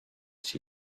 sheep